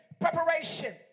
preparation